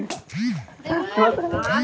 मछली पालन कैसे करें?